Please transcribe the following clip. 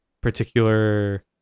particular